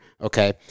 Okay